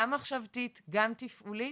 גם מחשבתית וגם תפעולית,